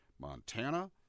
Montana